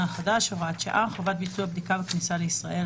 החדש (הוראת שעה) (חובת ביצוע בדיקה בכניסה לישראל),